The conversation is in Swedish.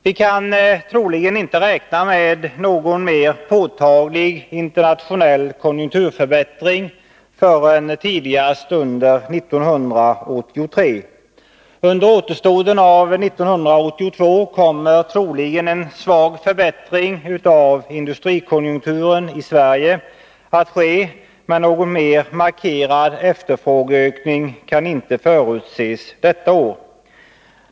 Vi kan troligen inte räkna med någon mer påtaglig internationell konjunkturförbättring förrän tidigast under 1983. Under återstoden av 1982 kommer troligen en svag förbättring av industrikonjunkturen i Sverige att ske, men någon mer markerad efterfrågeökning kan inte förutses detta år.